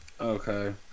okay